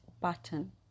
button